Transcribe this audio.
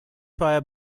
fire